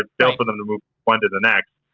ah built for them to move one to the next.